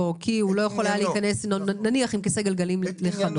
כי הוא לא יכול היה להיכנס נניח עם כיסא גלגלים לחנות,